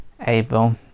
able